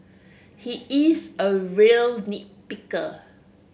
he is a real nit picker